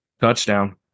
touchdown